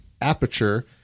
aperture